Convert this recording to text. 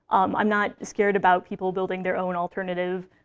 i'm not scared about people building their own alternative,